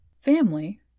Family